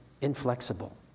inflexible